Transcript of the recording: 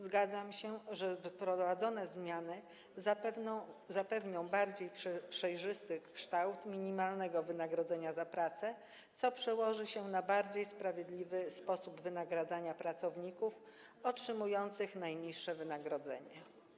Zgadzam się, że wprowadzone zmiany zapewnią bardziej przejrzysty kształt minimalnego wynagrodzenia za pracę, co przełoży się na bardziej sprawiedliwy sposób wynagradzania pracowników otrzymujących najniższe wynagrodzenie.